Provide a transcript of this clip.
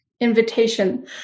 invitation